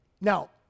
Now